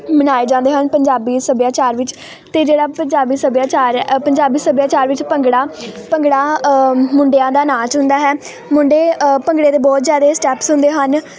ਮਨਾਏ ਜਾਂਦੇ ਹਨ ਪੰਜਾਬੀ ਸੱਭਿਆਚਾਰ ਵਿੱਚ ਅਤੇ ਜਿਹੜਾ ਪੰਜਾਬੀ ਸੱਭਿਆਚਾਰ ਹੈ ਅ ਪੰਜਾਬੀ ਸੱਭਿਆਚਾਰ ਵਿੱਚ ਭੰਗੜਾ ਭੰਗੜਾ ਮੁੰਡਿਆਂ ਦਾ ਨਾਚ ਹੁੰਦਾ ਹੈ ਮੁੰਡੇ ਭੰਗੜੇ ਦੇ ਬਹੁਤ ਜ਼ਿਆਦਾ ਸਟੈਪਸ ਹੁੰਦੇ ਹਨ